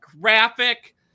graphic